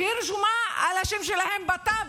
שרשומה על השם שלהם בטאבו.